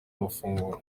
amafunguro